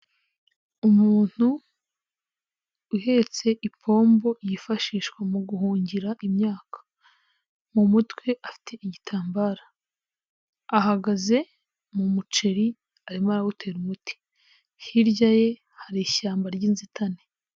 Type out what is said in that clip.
Umuntu uhetse ipombo yifashishwa mu guhungira imyaka, mu mutwe afite igitambaro ahagaze mu muceri arimo arawutera umuti, hirya ye hari ishyamba ry'inzitane.